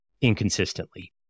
inconsistently